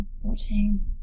watching